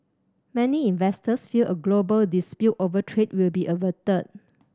many investors feel a global dispute over trade will be averted